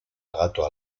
gato